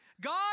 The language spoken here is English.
God